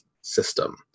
system